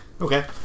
Okay